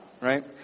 right